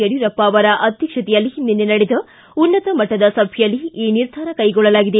ಯಡಿಯೂರಪ್ಪ ಅವರ ಅಧ್ಯಕ್ಷತೆಯಲ್ಲಿ ನಿನ್ನೆ ನಡೆದ ಉನ್ನತ ಮಟ್ಟದ ಸಭೆಯಲ್ಲಿ ಈ ನಿರ್ಧಾರ ಕೈಗೊಳ್ಳಲಾಗಿದೆ